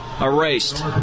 erased